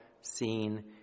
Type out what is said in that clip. seen